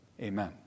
amen